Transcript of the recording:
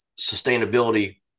sustainability